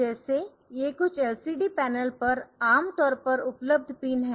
जैसे ये कुछ LCD पैनल पर आमतौर पर उपलब्ध पिन है